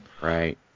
Right